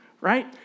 Right